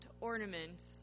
ornaments